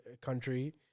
country